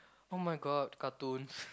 oh-my-God cartoons